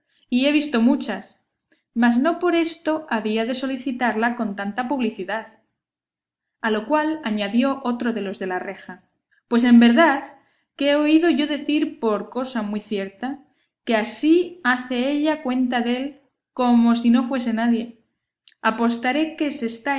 y he visto muchas mas no por esto había de solicitarla con tanta publicidad a lo cual añadió otro de los de la reja pues en verdad que he oído yo decir por cosa muy cierta que así hace ella cuenta dél como si no fuese nadie apostaré que se está